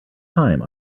time